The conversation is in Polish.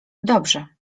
dobrze